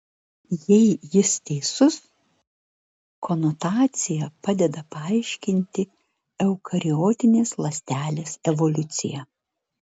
jei jis teisus konotacija padeda paaiškinti eukariotinės ląstelės evoliuciją